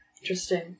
Interesting